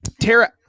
Tara